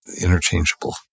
interchangeable